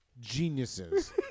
geniuses